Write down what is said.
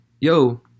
yo